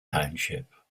township